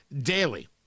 daily